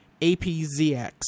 APZX